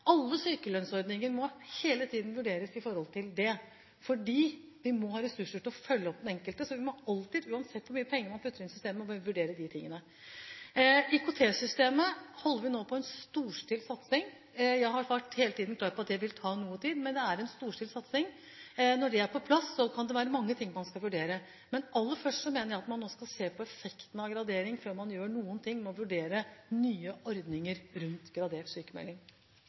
Alle sykelønnsordninger må hele tiden vurderes ut fra dette. Vi må ha ressurser til å følge opp den enkelte. Vi må alltid – uansett hvor mye penger man putter inn i systemet – vurdere dette. Når det gjelder IKT-systemet, har vi nå en storstilt satsing. Jeg har hele tiden vært klar på at dette vil ta noe tid, men det er en storstilt satsing. Når dette er på plass, kan det være mange ting man skal vurdere. Men jeg mener at man aller først skal se på effekten av gradering, før man